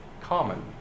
common